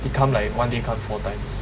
they come like one day come four times